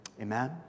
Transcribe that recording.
amen